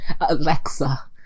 Alexa